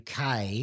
UK